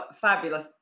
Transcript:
fabulous